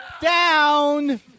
down